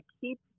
keep